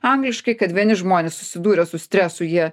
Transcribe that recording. angliškai kad vieni žmonės susidūrę su stresu jie